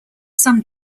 some